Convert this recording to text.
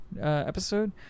episode